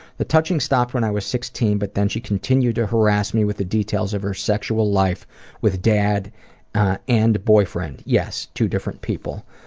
the touching stopped when i was sixteen but then she continued to harass me with the details of her sexual life with dad and boyfriend. yes, two different people.